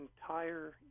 entire